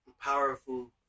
powerful